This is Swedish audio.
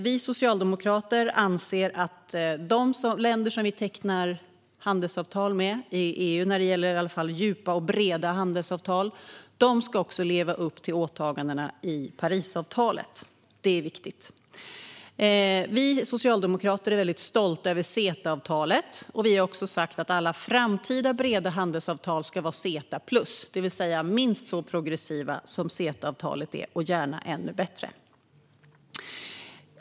Vi socialdemokrater anser att de länder som vi tecknar handelsavtal med - i EU gäller det djupa och breda handelsavtal - också ska leva upp till åtagandena i Parisavtalet. Det är viktigt. Vi socialdemokrater är väldigt stolta över CETA-avtalet. Vi har sagt att alla framtida breda handelsavtal ska vara CETA plus, det vill säga minst lika progressiva som CETA-avtalet - och gärna ännu bättre.